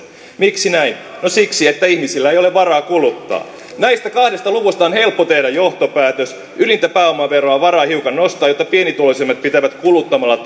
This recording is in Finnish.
miksi näin no siksi että ihmisillä ei ole varaa kuluttaa näistä kahdesta luvusta on helppo tehdä johtopäätös ylintä pääomaveroa on varaa hiukan nostaa jotta pienituloisimmat pitävät kuluttamalla